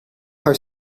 haar